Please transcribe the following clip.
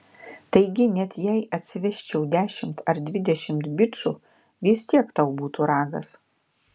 taigi net jei atsivesčiau dešimt ar dvidešimt bičų vis tiek tau būtų ragas